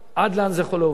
עד לאן זה יכול להוביל אותנו.